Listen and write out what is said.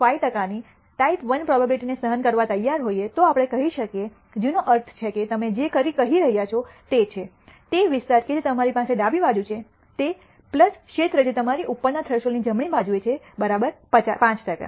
5ટકાની type I probability ને સહન કરવા તૈયાર હોઈએ તો આપણે કહી શકીએ જેનો અર્થ છે કે તમે જે કહી રહ્યા છો તે છે તે વિસ્તાર કે જે તમારી પાસે ડાબી બાજુ છે તે ક્ષેત્ર જે તમારી ઉપરના થ્રેશોલ્ડની જમણી બાજુએ છે 5 ટકા